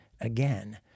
again